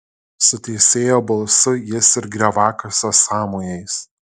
su teisėjo balsu jis ir grioviakasio sąmojais